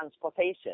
transportation